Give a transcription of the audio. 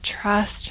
trust